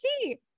see